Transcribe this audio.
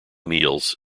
meals